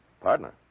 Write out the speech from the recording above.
Partner